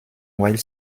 while